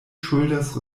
ŝuldas